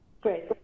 Great